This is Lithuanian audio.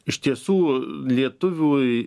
iš tiesų lietuviui